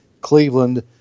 Cleveland